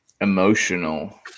emotional